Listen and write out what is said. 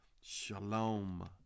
Shalom